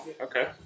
okay